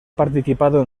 participado